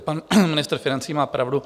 Pan ministr financí má pravdu.